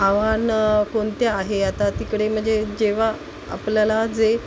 आव्हानं कोणते आहे आता तिकडे म्हणजे जेव्हा आपल्याला जे